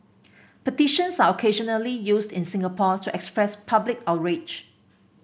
petitions are occasionally used in Singapore to express public outrage